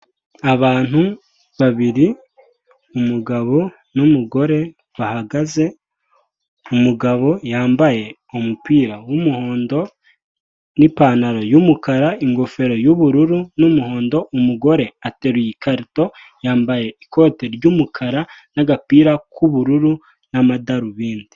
Abantu babiri umugabo n'umugore bahagaze, umugabo yambaye umupira w'umuhondo n'ipantaro y'umukara ingofero y'ubururu n'umuhondo. Umugore ateruye ikarito yambaye ikote ry'umukara n'agapira k'ubururu n'amadarubindi.